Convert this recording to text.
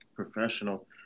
professional